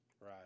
Right